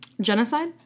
Genocide